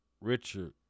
Richard